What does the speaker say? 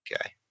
Okay